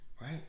right